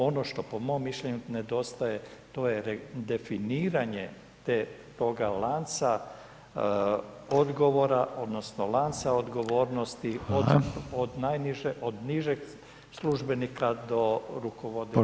Ono što po mom mišljenju nedostaje, to je definiranje toga lanca, odgovora, odnosno, lanca odgovornosti od najniže, od nižeg službenika, do … ili vlade.